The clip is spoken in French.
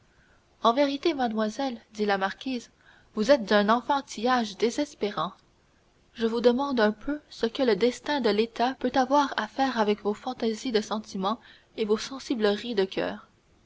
en vérité mademoiselle dit la marquise vous êtes d'un enfantillage désespérant je vous demande un peu ce que le destin de l'état peut avoir à faire avec vos fantaisies de sentiment et vos sensibleries de coeur